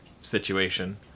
situation